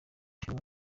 bimwe